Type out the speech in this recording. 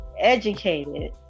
educated